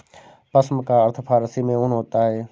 पश्म का अर्थ फारसी में ऊन होता है